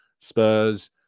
Spurs